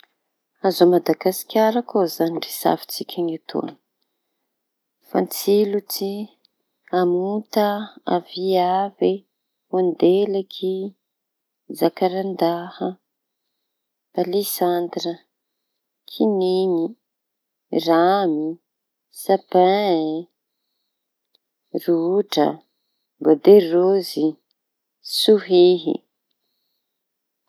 Hazo a- Madagasikara koa izañy rehafintsika fantsilotsy, hamonta, aviavy, vondelaky, zakarandaha, palisandra, kiniñy, ramy, sapin rotra, boade rozy, sohihy.